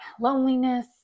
loneliness